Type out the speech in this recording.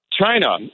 china